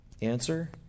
Answer